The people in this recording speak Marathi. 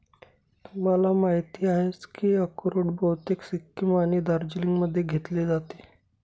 तुम्हाला माहिती आहेच की अक्रोड बहुतेक सिक्कीम आणि दार्जिलिंगमध्ये घेतले जाते